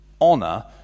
Honor